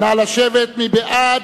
מי בעד?